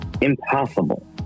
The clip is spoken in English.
impossible